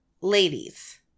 ladies